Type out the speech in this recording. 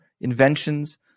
inventions